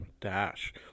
Dash